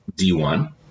D1